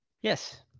Yes